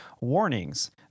warnings